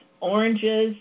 oranges